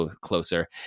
closer